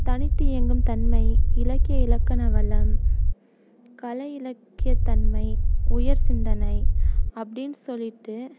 தனித்து இயங்கும் தன்மை இலக்கிய இலக்கண வளம் கலை இலக்கிய தன்மை உயர் சிந்தனை அப்படினு சொல்லிட்டு